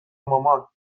مامان